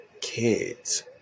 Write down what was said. kids